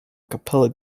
capella